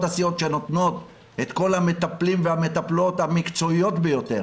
הסיעוד שנותנות את כל המטפלים והמטפלות המקצועיים ביותר,